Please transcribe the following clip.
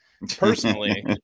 personally